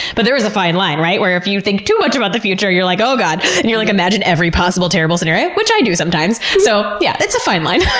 but there is a fine line, right? where if you think too much about the future, you're like, oh, god. and you like imagine every possible, terrible scenario, which i do sometimes. so yeah, it's a fine line.